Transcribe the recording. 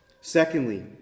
Secondly